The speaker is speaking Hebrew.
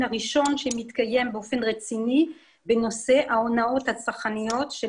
הראשון שמתקיים באופן רציני בנושא ההונאות הצרכניות של